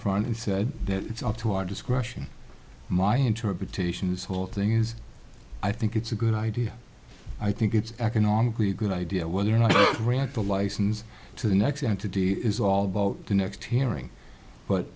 front and said that it's up to our discretion my interpretation this whole thing is i think it's a good idea i think it's economically a good idea when you're not read the license to the next and to do it is all about the next hearing but